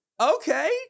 okay